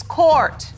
court